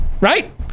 Right